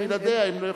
שבלעדיה הם לא יכולים.